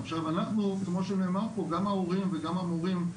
עכשיו, אנחנו כמו שנאמר פה, גם ההורים וגם המורים.